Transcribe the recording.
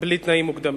בלי תנאים מוקדמים.